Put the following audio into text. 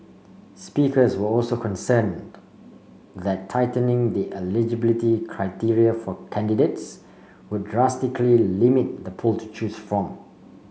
speakers were also concerned that tightening the eligibility criteria for candidates would drastically limit the pool to choose from